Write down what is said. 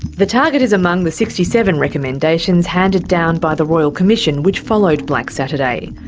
the target is among the sixty seven recommendations handed down by the royal commission which followed black saturday.